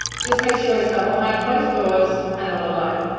just make sure it's done behind closed doors and all alone.